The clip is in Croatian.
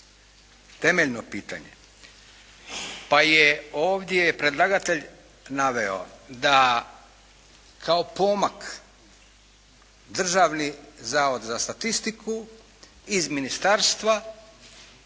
Temeljeno pitanje. Pa je ovdje predlagatelj naveo da kao pomak Državni zavod za statistiku iz ministarstva